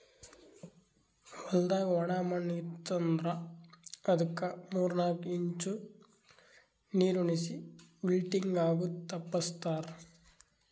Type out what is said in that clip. ಹೊಲ್ದಾಗ ಒಣ ಮಣ್ಣ ಇತ್ತು ಅಂದ್ರ ಅದುಕ್ ಮೂರ್ ನಾಕು ಇಂಚ್ ನೀರುಣಿಸಿ ವಿಲ್ಟಿಂಗ್ ಆಗದು ತಪ್ಪಸ್ತಾರ್